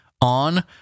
on